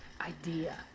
idea